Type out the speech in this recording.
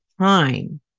time